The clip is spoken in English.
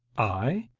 i?